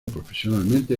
profesionalmente